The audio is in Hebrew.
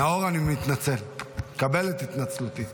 נאור, אני מתנצל, קבל את התנצלותי.